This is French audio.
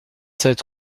sept